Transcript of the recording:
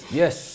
yes